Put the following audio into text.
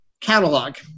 catalog